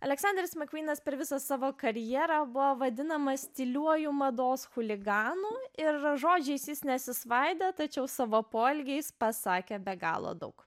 aleksanderis makvynas per visą savo karjerą buvo vadinamas tyliuoju mados chuliganų ir žodžiais nesisvaido tačiau savo poelgiais pasakė be galo daug